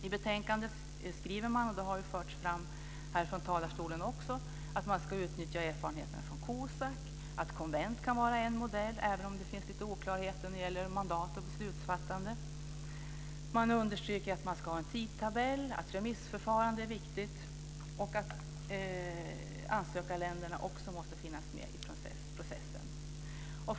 I betänkandet skriver man att man ska utnyttja erfarenheterna från COSAC, att konvent kan vara en modell, även om det finns oklarheter när det gäller mandat och beslutsfattande. Man understryker att det ska finnas en tidtabell, att remissförfarande är viktigt och att ansökarländerna också måste finnas med i processen. Det har också förts fram från talarstolen.